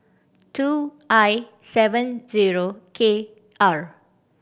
two I seven zero K R